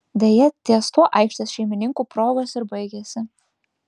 deja ties tuo aikštės šeimininkų progos ir baigėsi